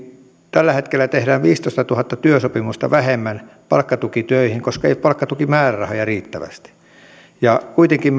tällä hetkellä tehdään viisitoistatuhatta työsopimusta vähemmän palkkatukitöihin koska ei ole palkkatukimäärärahoja riittävästi kuitenkin